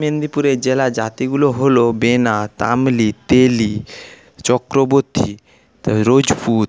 মেদিনীপুরের জেলা জাতিগুলো হল বেনা তামলি তেলি চক্রবর্তী রাজপূত